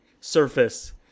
surface